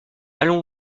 allons